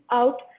out